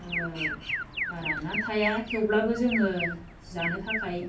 बारा ना थाया थेवब्लाबो जोङो जानो थाखाय